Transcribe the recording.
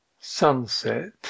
Sunset